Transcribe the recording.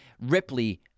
Ripley